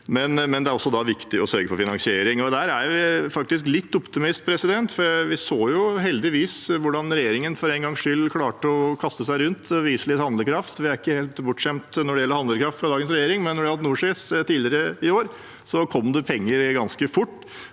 men det er også viktig å sørge for finansiering. Der er jeg faktisk optimist, for vi så heldigvis hvordan regjeringen for en gangs skyld klarte å kaste seg rundt og vise litt handlekraft. Vi er ikke helt bortskjemt når det gjelder handlekraft fra dagens regjering, men da NorSIS var oppe tidligere i år, kom det penger ganske fort